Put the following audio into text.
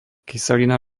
kyselina